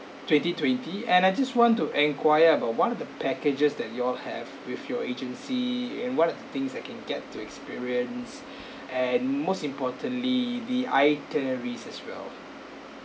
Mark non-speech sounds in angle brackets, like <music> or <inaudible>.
twenty twenty and I just want to enquire about one of the packages that y'all have with your agency and what are the things that can get to experience <breath> and most importantly the itineraries as well